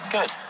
Good